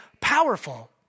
powerful